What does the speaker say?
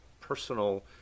personal